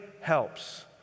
helps